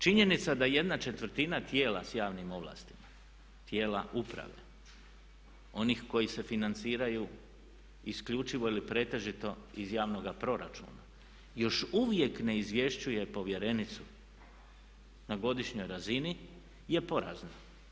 Činjenica da jedna četvrtina tijela sa javnim ovlastima, tijela uprave, onih koji se financiraju isključivo ili pretežito iz javnoga proračuna još uvijek ne izvješćuje povjerenicu na godišnjoj razini je porazna.